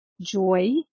joy